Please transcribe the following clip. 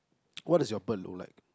what is your bird look like